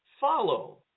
follow